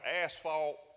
asphalt